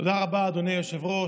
רבה, אדוני היושב-ראש.